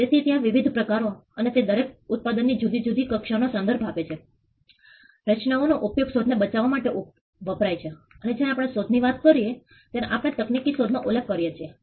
તેથી ત્યાં વિવિધ પ્રકારો છે અને તે દરેક ઉત્પાદનની જુદીજુદી કક્ષાનો સંદર્ભ આપે છે રચનાઓ નો ઉપયોગ શોધને બચાવવા માટે વપરાય છે અને જયારે આપણે શોધ ની વાત કરીએ ત્યારે આપણે તકનીકી શોધ નો ઉલ્લેખ કરીએ છીએ